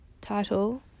title